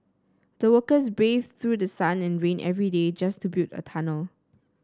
the workers braved through sun and rain every day just to build the tunnel